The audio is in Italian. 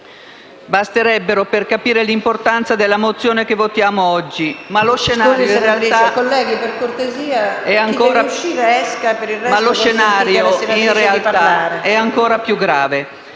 basterebbero per capire l'importanza della mozione che votiamo oggi. Ma lo scenario in realtà è ancora più grave.